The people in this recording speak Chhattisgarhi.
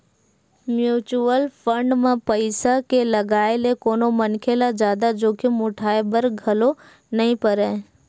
म्युचुअल फंड म पइसा के लगाए ले कोनो मनखे ल जादा जोखिम उठाय बर घलो नइ परय